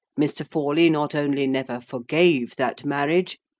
mr. forley not only never forgave that marriage,